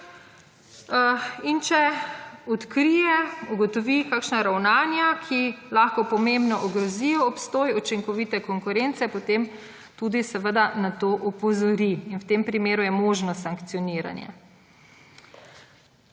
In če odkrije, ugotovi kakšna ravnanja, ki lahko pomembno ogrozijo obstoj učinkovite konkurence, potem tudi na to opozori. In v tem primeru je možno sankcioniranje.